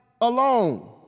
alone